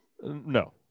No